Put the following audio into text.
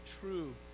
true